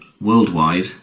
worldwide